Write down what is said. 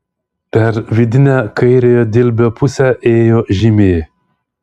per vidinę kairiojo dilbio pusę ėjo žymė